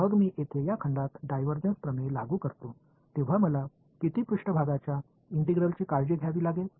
मग मी येथे या खंडात डायव्हर्जन्स प्रमेय लागू करतो तेव्हा मला किती पृष्ठभागाच्या इंटिग्रलची काळजी घ्यावी लागेल